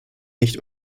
nicht